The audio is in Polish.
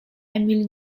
emil